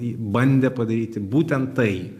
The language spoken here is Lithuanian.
bandė padaryti būtent tai